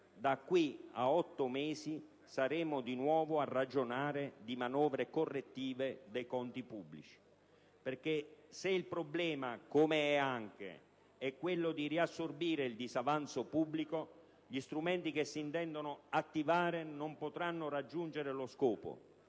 da qui a otto mesi saremo di nuovo a ragionare di manovre correttive dei conti pubblici. Se infatti il problema è - com'è anche - quello di riassorbire il disavanzo pubblico, gli strumenti che si intendono attivare non potranno raggiungere lo scopo